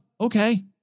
Okay